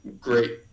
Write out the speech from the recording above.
great